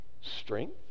Strength